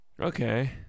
okay